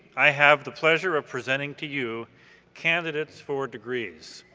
i have the pleasure of presenting to you candidates for degrees.